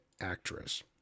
actress